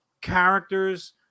characters